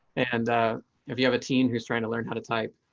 and if you have a teen who is trying to learn how to type.